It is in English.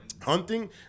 Hunting